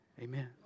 Amen